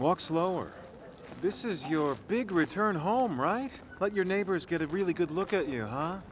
walk slower this is your big return home right but your neighbors get a really good look at you h